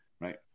right